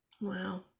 Wow